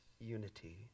unity